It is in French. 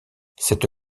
cette